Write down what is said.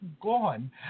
gone